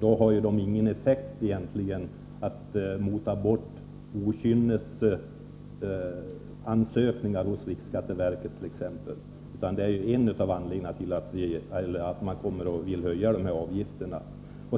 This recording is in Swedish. Då har de ingen effekt när det gäller att mota bort okynnesansökningar hos riksskatteverket. Det är en av anledningarna till att man vill höja dessa avgifter.